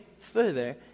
further